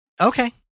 okay